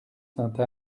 sainte